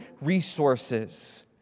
resources